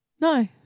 No